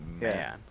man